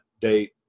date